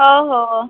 हो हो